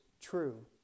true